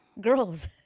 Girls